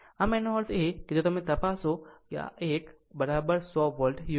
આમ આનો અર્થ એ છે કે જો તે તપાસો કે આ એક r 100 વોલ્ટ યોગ્ય મળશે